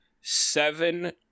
seven